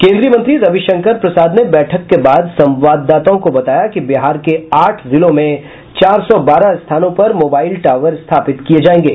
केन्द्रीय मंत्री रविशंकर प्रसाद ने बैठक के बाद संवाददाताओं को बताया कि बिहार के आठ जिलों में चार सौ बारह स्थानों पर मोबाईल टावर स्थापित किये जायेंगे